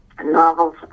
novels